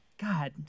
God